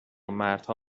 مردها